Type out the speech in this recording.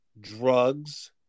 drugs